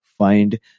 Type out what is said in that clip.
Find